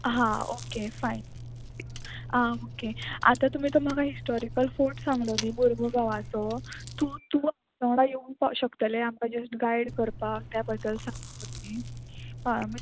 हां okay fine आं okay आतां तुमी तो म्हाका हिस्टोरिकल फोर्ट सांगलो न्ही मुर्मुगांवाचो तूं तूं आमच्या वांगडा येवंक पाव शकतलें आमकां जस्ट गायड करपाक त्या बद्दल सांगलो न्ही